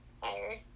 Fire